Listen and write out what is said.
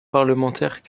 parlementaire